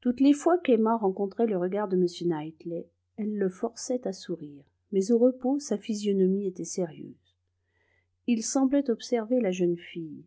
toutes les fois qu'emma rencontrait le regard de m knightley elle le forçait à sourire mais au repos sa physionomie était sérieuse il semblait observer la jeune fille